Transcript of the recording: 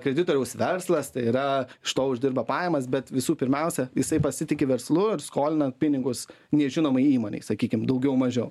kreditoriaus verslas tai yra iš to uždirba pajamas bet visų pirmiausia jisai pasitiki verslu ir skolina pinigus nežinomai įmonei sakykim daugiau mažiau